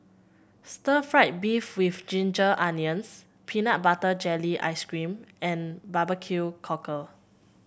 Stir Fried Beef with Ginger Onions Peanut Butter Jelly Ice cream and Barbecue Cockle